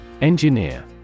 Engineer